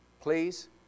please